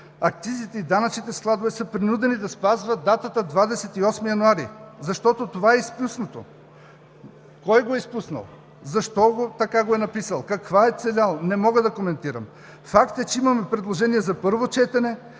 акцизите и данъчните складове са принудени да спазват датата 28 януари, защото това е изпуснато. Кой го е изпуснал? Защо така го е написал? Какво е целял? Не мога да коментирам. Факт е, че имаме предложение за първо четене,